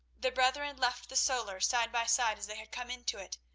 the brethren left the solar side by side as they had come into it,